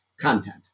content